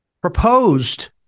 proposed